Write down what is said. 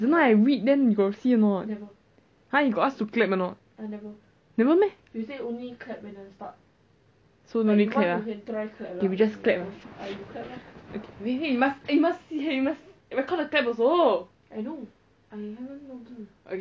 then got some balance